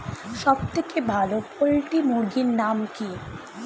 সবথেকে ভালো পোল্ট্রি মুরগির নাম কি?